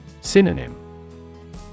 Synonym